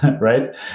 right